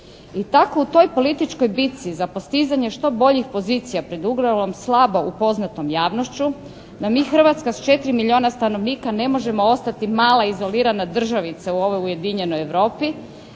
I tako u toj političkoj bici za postizanje što boljih pozicija pred uvrelom slabom upoznatom javnošću da mi Hrvatska s 4 milijuna stanovnika ne možemo ostati mala izolirana državica u ovoj ujedinjenoj Europi,